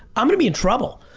i'm gonna be in trouble.